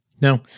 Now